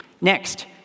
Next